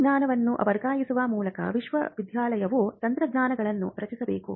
ತಂತ್ರಜ್ಞಾನವನ್ನು ವರ್ಗಾಯಿಸುವ ಮೊದಲು ವಿಶ್ವವಿದ್ಯಾಲಯವು ತಂತ್ರಜ್ಞಾನಗಳನ್ನು ರಚಿಸಬೇಕು